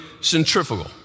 centrifugal